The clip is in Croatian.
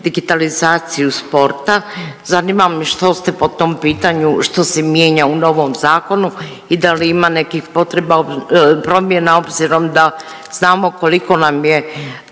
digitalizaciju sporta, zanima me što ste po tom pitanju što se mijenja u novom zakonu i da li ima nekim potreba, promjena obzirom da znamo koliko nam je